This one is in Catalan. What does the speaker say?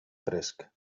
fresc